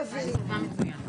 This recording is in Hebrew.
בוקר טוב.